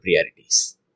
priorities